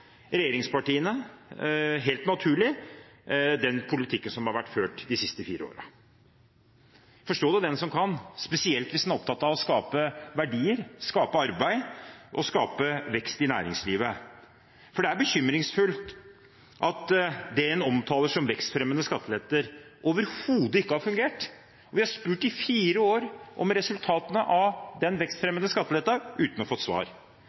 regjeringspartiene – helt naturlig – den politikken som har vært ført de siste fire årene. Forstå det den som kan, spesielt hvis en er opptatt av å skape verdier, skape arbeid og skape vekst i næringslivet. For det er bekymringsfullt at det en omtaler som vekstfremmende skattelette, overhodet ikke har fungert. Vi har spurt i fire år om resultatene av den vekstfremmende skatteletten uten å få svar.